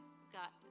Got